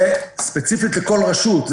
זה ספציפית לכל רשות,